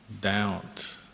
doubt